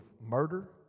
murder